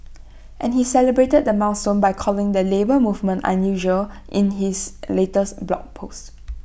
and he celebrated the milestone by calling the Labour Movement unusual in his latest blog post